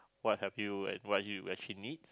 what have you and what you actually need